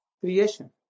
Creation